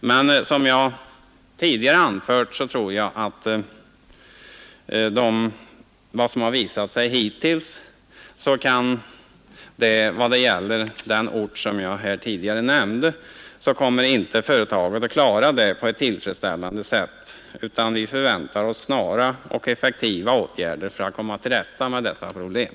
Men att döma av vad som visat sig hittills kan företaget i den ort jag tidigare nämnde inte klara detta på ett tillfredsställande sätt. Vi väntar oss därför snara och effektiva åtgärder för att komma till rätta med problemen.